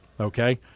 okay